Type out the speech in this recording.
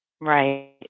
right